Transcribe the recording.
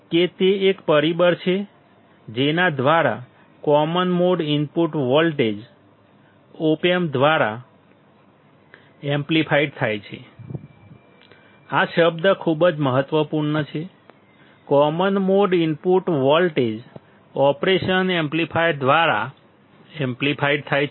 કે તે એક પરિબળ છે જેના દ્વારા common mode input voltage op amp દ્વારા એમ્પ્લીફાઇડ થાય છે આ શબ્દ ખૂબ જ મહત્વપૂર્ણ છે common mode input voltage operation amplifier દ્વારા એમ્પ્લીફાઇડ થાય છે